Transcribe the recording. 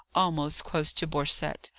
almost close to borcette,